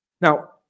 now